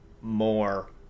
more